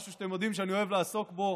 משהו שאתם יודעים שאני אוהב לעסוק בו